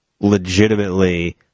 legitimately